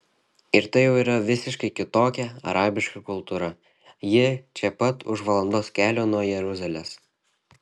ir tai yra jau visiškai kitokia arabiška kultūra ji čia pat už valandos kelio nuo jeruzalės